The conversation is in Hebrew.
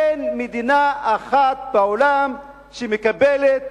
אין מדינה אחת בעולם שמקבלת,